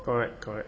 correct correct